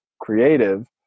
Creative